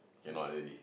cannot already